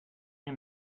mir